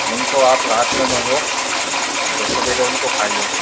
उनको आप रात में मंगो और सूबेरे उनको खाइए